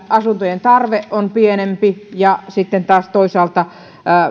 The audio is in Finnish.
asuntojen tarve on pienempi ja sitten taas toisaalta